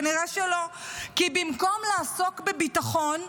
כנראה שלא, כי במקום לעסוק בביטחון,